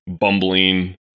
bumbling